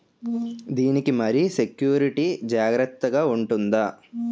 దీని కి మరి సెక్యూరిటీ జాగ్రత్తగా ఉంటుందా?